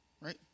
right